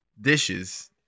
dishes